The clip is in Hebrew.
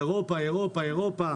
אירופה אירופה,